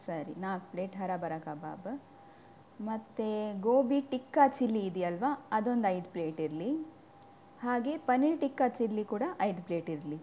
ಸರಿ ನಾಲ್ಕು ಪ್ಲೇಟ್ ಹರಾಭರಾ ಕಬಾಬ ಮತ್ತು ಗೋಬಿ ಟಿಕ್ಕ ಚಿಲ್ಲಿ ಇದೆಯಲ್ವಾ ಅದೊಂದು ಐದು ಪ್ಲೇಟ್ ಇರಲಿ ಹಾಗೆ ಪನ್ನೀರ್ ಟಿಕ್ಕಾ ಚಿಲ್ಲಿ ಕೂಡ ಐದು ಪ್ಲೇಟ್ ಇರಲಿ